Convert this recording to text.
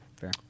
Fair